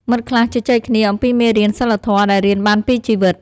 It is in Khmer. មិត្តខ្លះជជែកគ្នាអំពីមេរៀនសីលធម៌ដែលរៀនបានពីជីវិត។